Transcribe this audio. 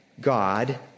God